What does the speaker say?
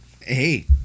hey